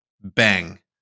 bang